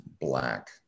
black